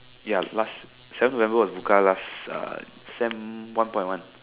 ya last seven November was Bukka last uh sem one point one